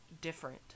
different